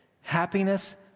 happiness